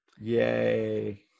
Yay